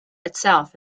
itself